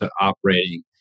operating